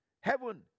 heaven